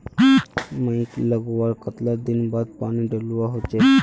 मकई लगवार कतला दिन बाद पानी डालुवा होचे?